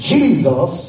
Jesus